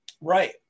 Right